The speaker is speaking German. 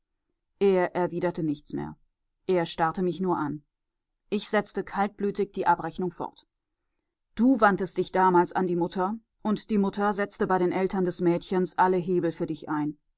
er erwiderte nichts mehr er starrte mich nur an ich setzte kaltblütig die abrechnung fort du wandtest dich damals an die mutter und die mutter setzte bei den eltern des mädchens alle hebel für dich ein